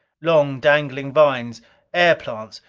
long, dangling vines air plants,